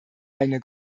eine